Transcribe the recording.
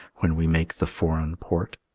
when we make the foreign port.